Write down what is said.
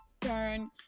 turn